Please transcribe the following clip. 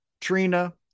Trina